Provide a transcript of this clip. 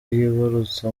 yibarutse